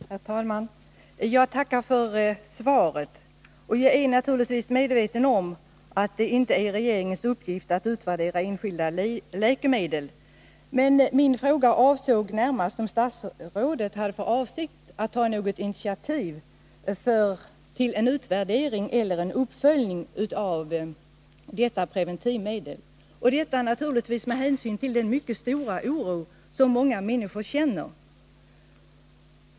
Herr talman! Jag tackar för svaret. Jag är naturligtvis medveten om att det inte är regeringens uppgift att utvärdera enskilda läkemedel. Men min fråga avsåg närmast om statsrådet hade för avsikt att ta något initiativ till en utvärdering eller en uppföljning av användandet av detta preventivmedel. Frågan har jag ställt med anledning av den mycket stora oro som många människor känner.